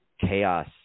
chaos